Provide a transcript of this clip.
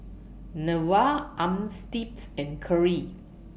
Neva Armstead's and Keri